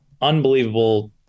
unbelievable